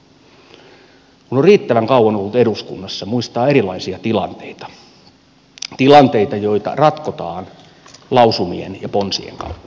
kun on riittävän kauan ollut eduskunnassa muistaa erilaisia tilanteita joita on ratkottu lausumien ja ponsien kautta